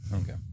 Okay